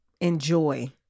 enjoy